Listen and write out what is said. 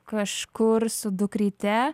kažkur su dukryte